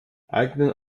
eigenen